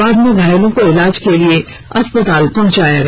बाद में घायलों को इलाज के लिए अस्पताल पहुंचाया गया